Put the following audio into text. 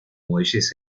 muelles